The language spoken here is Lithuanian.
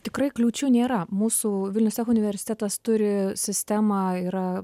tikrai kliūčių nėra mūsų vilnius tech universitetas turi sistemą yra